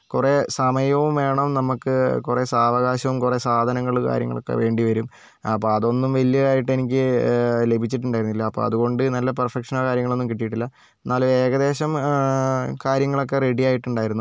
കുറേ സമയവും വേണം നമുക്ക് കുറേ സാവകാശം കുറേ സാധനങ്ങൾ കാര്യങ്ങളൊക്കേ വേണ്ടിവരും അപ്പോൾ അതൊന്നും വലിയതായിട്ട് എനിക്ക് ലഭിച്ചിട്ടുണ്ടായിരുന്നില്ല അപ്പോൾ അതുകൊണ്ട് നല്ല പെർഫെക്ഷനോ കാര്യങ്ങളൊന്നും കിട്ടിയിട്ടില്ല എന്നാലും ഏകദേശം കാര്യങ്ങളൊക്കെ റെഡി ആയിട്ടുണ്ടായിരുന്നു